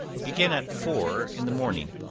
begin at four in the morning,